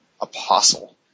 apostle